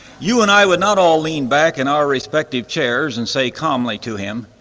you and i would not all lean back in our respective chairs and say calmly to him,